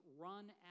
run